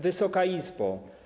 Wysoka Izbo!